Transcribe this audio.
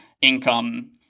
income